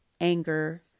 anger